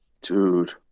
Dude